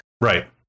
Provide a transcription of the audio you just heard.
Right